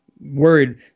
worried